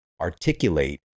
articulate